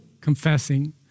confessing